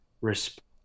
respect